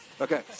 Okay